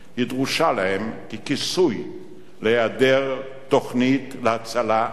היא דרושה להם ככיסוי להיעדר תוכנית להצלה אמיתית.